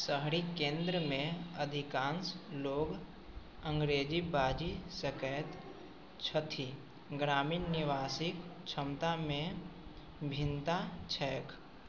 शहरी केन्द्रमे अधिकांश लोक अङ्गरेजी बाजि सकै छथि ग्रामीण निवासीके क्षमतामे भिन्नता छै